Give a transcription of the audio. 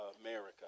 America